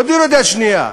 לא דירות יד שנייה.